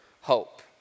hope